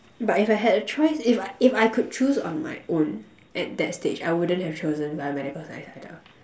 but if I had a choice if I if I could choose on my own at that stage I wouldn't have chosen biomedical science either